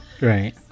Right